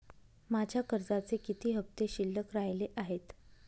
माझ्या कर्जाचे किती हफ्ते शिल्लक राहिले आहेत?